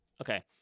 Okay